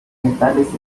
metales